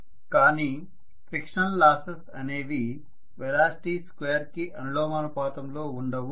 కానీ frictional losses అనేవి velocity square కి అనులోమానుపాతం లో ఉండవు